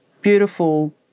beautiful